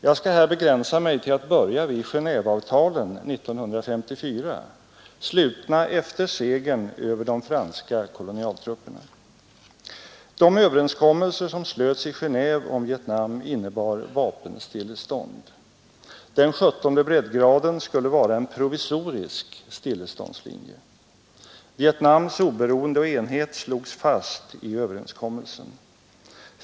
Jag skall här begränsa mig till att börja vid Genéveavtalen 1954, slutna efter segern över de franska kolonialtrupperna. De överenskommelser som slöts i Genéve om Vietnam innebar vapenstillestånd. Den 17:e breddgraden skulle vara en provisorisk stilleståndslinje. Vietnams oberoende och enhet slogs fast i överenskommelsen.